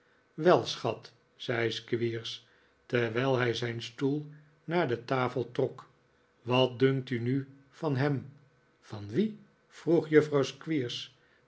wel schat zei squeers terwijl hij zijn stoel naar de tafel trok wat dunkt u nu van hem van wien vroeg juffrouw